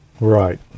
Right